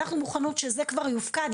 אנחנו מוכנות שזה כבר יופקד,